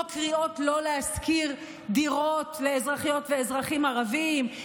קריאות לא להשכיר דירות לאזרחיות ולאזרחים ערבים,